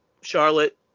Charlotte